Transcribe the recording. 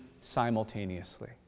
simultaneously